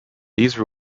these